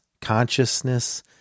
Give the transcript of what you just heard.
consciousness